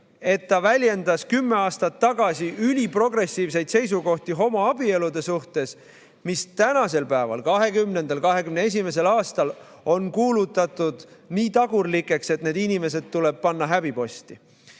et ta väljendas kümme aastat tagasi üliprogressiivseid seisukohti homoabielude suhtes, mis tänasel päeval, 2020. ja 2021. aastal, on kuulutatud nii tagurlikeks, et need inimesed tuleb panna häbiposti.